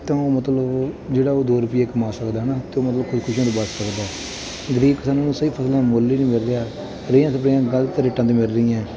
ਤਾਂ ਉਹ ਮਤਲਬ ਜਿਹੜਾ ਉਹ ਦੋ ਰੁਪਈਏ ਕਮਾ ਸਕਦਾ ਹੈ ਨਾ ਅਤੇ ਉਹ ਮਤਲਬ ਖੁਦਕੁਸ਼ੀਆਂ ਤੋਂ ਬੱਚ ਸਕਦਾ ਗਰੀਬ ਕਿਸਾਨਾਂ ਨੂੰ ਸਹੀ ਫਸਲਾਂ ਦਾ ਮੁੱਲ ਹੀ ਨਹੀਂ ਮਿਲ ਰਿਹਾ ਰੇਹਾਂ ਸਪਰੇਹਾਂ ਗਲਤ ਰੇਟਾਂ 'ਤੇ ਮਿਲ ਰਹੀਆਂ ਹੈ